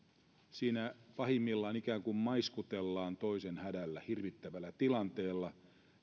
siinä pahimmillaan ikään kuin maiskutellaan toisen hädällä hirvittävällä tilanteella